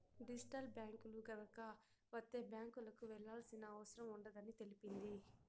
digital బ్యాంకులు గనక వత్తే బ్యాంకులకు వెళ్లాల్సిన అవసరం ఉండదని తెలిపింది